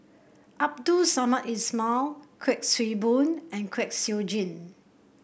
Abdul Samad Ismail Kuik Swee Boon and Kwek Siew Jin